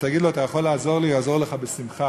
ותבקש ממנו לעזור לך, הוא יעזור לך בשמחה,